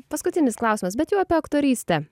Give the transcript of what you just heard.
paskutinis klausimas bet jau apie aktorystę